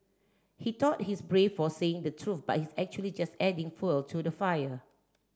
he tout he's brave for saying the truth but he's actually just adding fuel to the fire